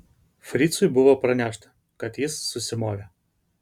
fricui buvo pranešta kad jis susimovė